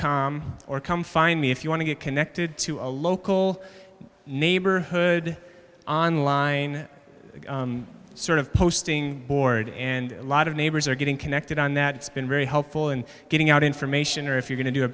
com or come find me if you want to get connected to a local neighborhood online sort of posting board and a lot of neighbors are getting connected on that it's been very helpful in getting out information or if you're going to